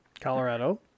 Colorado